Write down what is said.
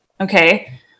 Okay